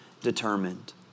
determined